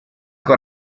con